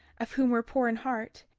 of whom were poor in heart,